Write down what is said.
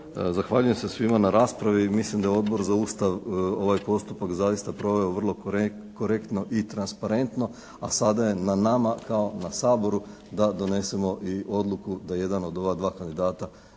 zahvaljujem se svima na raspravi. I mislim da je Odbor za Ustav ovaj postupak zaista proveo vrlo korektno i transparentno. A sada je na nama kao na Saboru da donesemo i odluku da jedan od ova dva kandidata